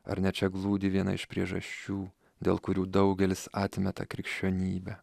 ar ne čia glūdi viena iš priežasčių dėl kurių daugelis atmeta krikščionybę